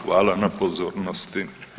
Hvala na pozornosti.